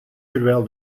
terwijl